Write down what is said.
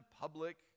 public